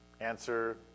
answer